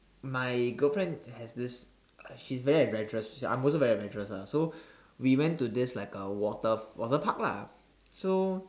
my girlfriend has this she's very adventurous I am also very adventurous lah so we went to this like a water water park lah so